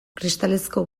kristalezko